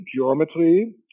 geometry